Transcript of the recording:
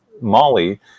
Molly